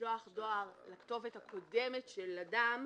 משלוח דואר לכתובת הקודמת של אדם